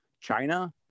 China